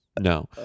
no